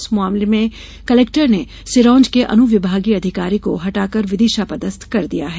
इस मामले में कलेक्टर ने सिरोंज के अनुविभागीय अधिकारी को हटाकर विदिशा पदस्थ कर दिया है